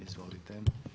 Izvolite.